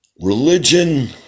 Religion